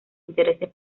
intereses